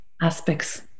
aspects